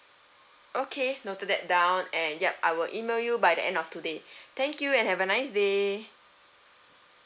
okay noted that down and yup I will email you by the end of today thank you and have a nice day